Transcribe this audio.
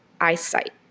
eyesight